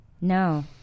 No